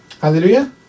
Hallelujah